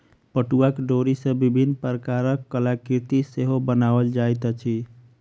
पटुआक डोरी सॅ विभिन्न प्रकारक कलाकृति सेहो बनाओल जाइत अछि